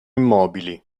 immobili